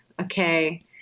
Okay